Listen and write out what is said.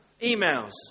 emails